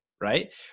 right